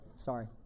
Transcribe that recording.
sorry